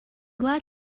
glad